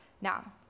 Now